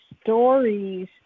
stories